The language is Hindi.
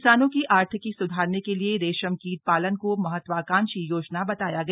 किसानों की आर्थिकी सुधारने के लिए रेशम कीट पालन को महत्वाकांक्षी योजना बताया गया